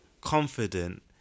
confident